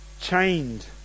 chained